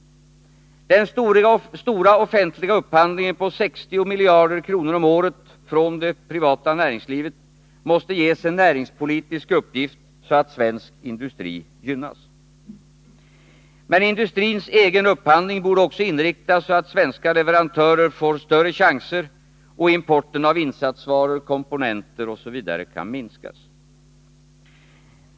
Den stora offentliga upphandlingen på 60 miljarder kronor om året från det privata näringslivet måste ges en näringspolitisk uppgift, så att svensk industri gynnas. Men industrins egen upphandling borde också inriktas på sådant sätt att svenska leverantörer får större chanser och att importen av insatsvaror, komponenter etc. kan minskas.